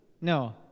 No